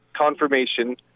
confirmation